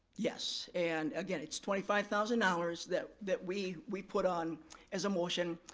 yes, and again, it's twenty five thousand dollars that that we we put on as a motion,